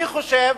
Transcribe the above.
אני חושב